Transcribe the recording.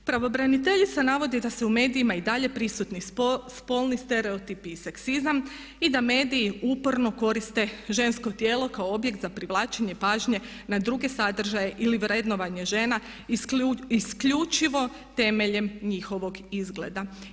Pravobraniteljica navodi da su u medijima i dalje prisutni spolni stereotipi i seksizam i da mediji uporno koriste žensko tijelo kao objekt za privlačenje pažnje na druge sadržaje ili vrednovanje žena isključivo temeljem njihovog izgleda.